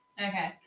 Okay